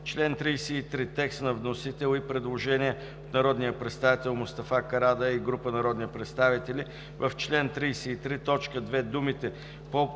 Член 33 – текст на вносител. Предложение на народния представител Мустафа Карадайъ и група народни представители: „В чл. 33, т. 2 думите „по